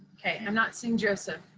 ok, i'm not seeing joseph.